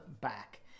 back